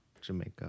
Jamaica